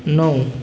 नौ